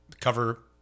cover